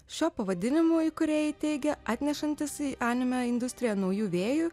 šiuo pavadinimu įkūrėjai teigė atnešantys į anime industriją naujų vėjų